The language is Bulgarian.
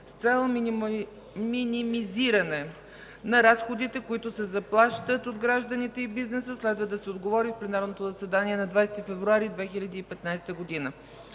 с цел минимизиране на разходите, които се заплащат от гражданите и бизнеса. Следва да се отговори в пленарното заседание на 20 февруари 2015 г.